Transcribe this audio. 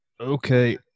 Okay